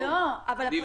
לא, הם נמחקים.